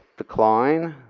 decline.